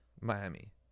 Miami